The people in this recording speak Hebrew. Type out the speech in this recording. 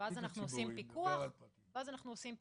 ואז אנחנו עושים פיקוח.